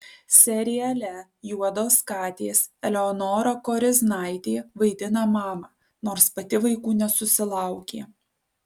seriale juodos katės eleonora koriznaitė vaidina mamą nors pati vaikų nesusilaukė